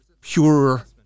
pure